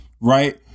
right